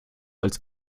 als